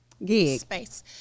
space